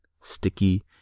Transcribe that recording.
sticky